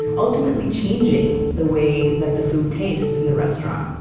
ultimately changing the way that the food tastes in the restaurant